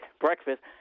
breakfast